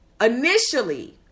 initially